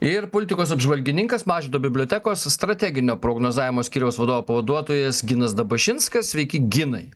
ir politikos apžvalgininkas mažvydo bibliotekos strateginio prognozavimo skyriaus vadovo pavaduotojas ginas dabašinskas sveiki ginai